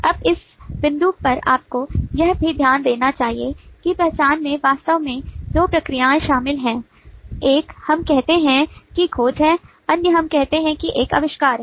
अब इस बिंदु पर आपको यह भी ध्यान देना चाहिए कि पहचान में वास्तव में दो प्रक्रियाएं शामिल हैं एक हम कहते हैं कि खोज है अन्य हम कहते हैं कि एक आविष्कार है